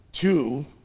Two